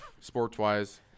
sports-wise